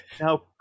Now